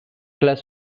class